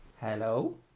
hello